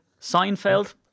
Seinfeld